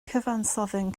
cyfansoddyn